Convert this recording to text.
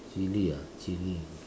chili ah chili